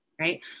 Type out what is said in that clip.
right